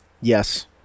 Yes